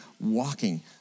walking